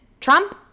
Trump